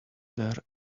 there